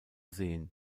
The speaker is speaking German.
sehen